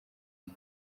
iki